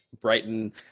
Brighton